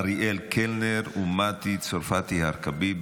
אריאל קלנר ומטי צרפתי הרכבי.